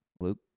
Luke